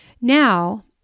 Now